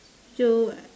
so